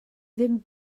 ddim